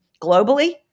globally